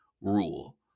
rule